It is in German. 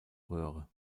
röhre